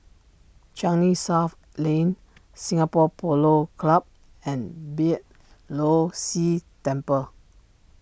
Changi South Lane Singapore Polo Club and Beeh Low See Temple